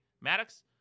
Maddox